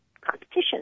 competition